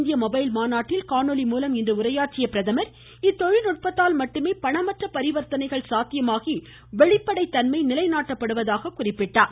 இந்திய மொபைல் மாநாட்டில் காணொலி மூலம் இன்று உரையாற்றிய அவர் இத்தொழில்நுட்பத்தால் மட்டுமே பணமற்ற பரிவர்த்தனைகள் சாத்தியமாகி வெளிப்படைத்தண்மை நிலைநாட்டப்படுவதாக எடுத்துரைத்தார்